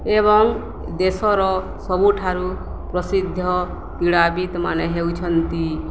ଏବଂ ଦେଶର ସବୁଠାରୁ ପ୍ରସିଦ୍ଧ କ୍ରୀଡ଼ାବିତ୍ମାନେ ହେଉଛନ୍ତି